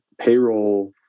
payroll